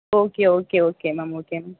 okay okay okay ma'am okay ma'am